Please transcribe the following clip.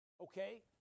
Okay